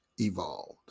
evolved